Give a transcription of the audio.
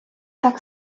так